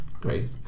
Great